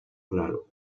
claro